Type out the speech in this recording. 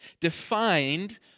defined